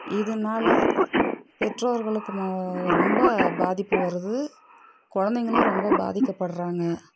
இதனால பெற்றோர்களுக்கு ம ரொம்ப பாதிப்பு வருது குழந்தைங்களும் ரொம்ப பாதிக்கப்படுறாங்க